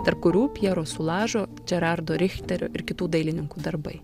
tarp kurių pjero sulažo džerardo richterio ir kitų dailininkų darbai